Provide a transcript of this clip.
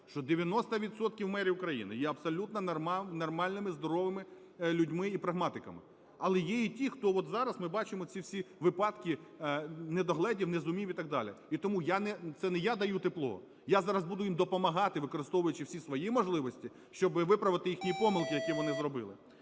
мерів України є абсолютно нормальними здоровими людьми і прагматиками. Але є і ті, хто от зараз, ми бачимо ці всі випадки – не догледів, не зумів і так далі. І тому я не… це не я даю тепло, я зараз буду їм допомагати, використовуючи всі свої можливості, щоби виправити їхні помилки, які вони зробили.